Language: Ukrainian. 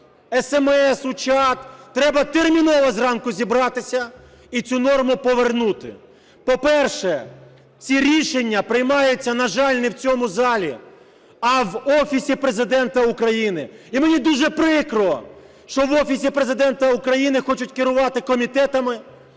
у чат: треба терміново зранку зібратися і цю норму повернути. По-перше, ці рішення приймаються, на жаль, не в цьому залі, а в Офісі Президента України. І мені дуже прикро, що в Офісі Президента України хочуть керувати комітетами,